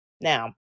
now